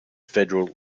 federal